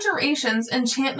enchantments